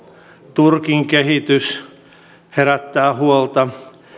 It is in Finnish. turkin kehitys herättää huolta